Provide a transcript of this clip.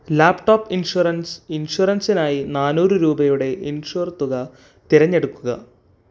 laptop insurance ഇൻഷുറൻസിനായി നാനൂറ് രൂപയുടെ ഇൻഷുർ തുക തിരഞ്ഞെടുക്കുക